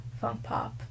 funk-pop